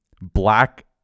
Black